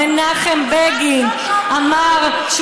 מנחם בגין אמר ב-1977,